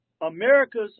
america's